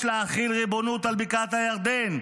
יש להחיל ריבונות על בקעת הירדן,